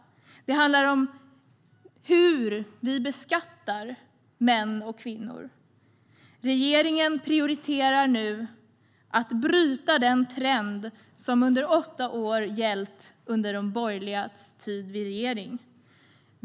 Det handlar om hur vi beskattar män och kvinnor. Regeringen prioriterar nu att bryta den trend som gällt under åtta år med borgerlig regering.